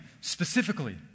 specifically